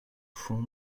font